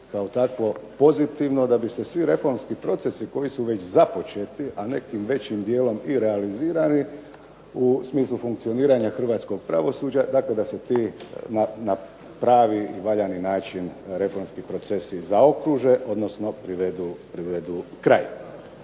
kao takvo pozitivno da bi se svi reformski procesi koji su već započeti, a nekim većim dijelom i realizirani, u smislu funkcioniranja hrvatskog pravosuđa, dakle da se ti na pravi valjani način reformski procesi zaokruže, odnosno privedu kraju.